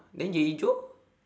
then yayi joe